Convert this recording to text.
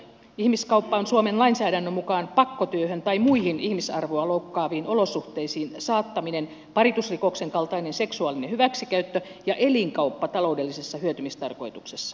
ihmiskauppa on suomen lainsäädännön mukaan pakkotyöhön tai muihin ihmisarvoa loukkaaviin olosuhteisiin saattaminen paritusrikoksen kaltainen seksuaalinen hyväksikäyttö ja elinkauppa taloudellisessa hyötymistarkoituksessa